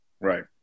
right